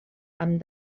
amb